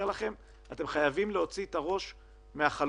אתם חייבים להוציא את הראש מהחלון,